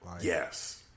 Yes